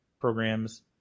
programs